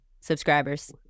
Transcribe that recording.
subscribers